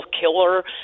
killer